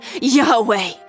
Yahweh